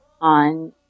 on